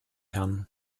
herren